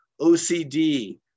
OCD